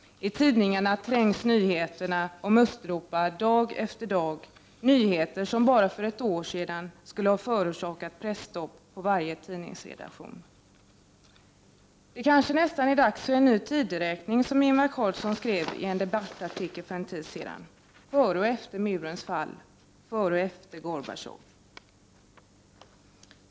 I tidningarna trängs nyheterna om Östeuropa dag efter dag — nyheter som bara för ett år sedan skulle ha förorsakat presstopp på varje tidningsredaktion. Det är nästan dags för en ny tideräkning, som Ingvar Carlsson skrev i en debattartikel för en tid sedan; före och efter murens fall, före och efter Gorbatjov.